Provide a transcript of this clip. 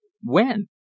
When